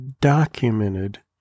documented